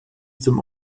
zum